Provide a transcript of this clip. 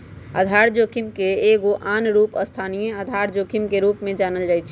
आधार जोखिम के एगो आन रूप स्थानीय आधार जोखिम के रूप में जानल जाइ छै